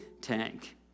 tank